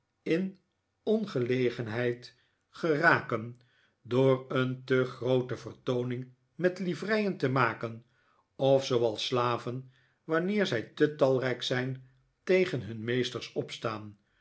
in ongelegenheid geraken door een te groote vertooning met livreien te maken of zooals slaven wanneer zij te talrijk zijn tegen hun meesters opstaan